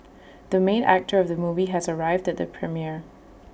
the main actor of the movie has arrived at the premiere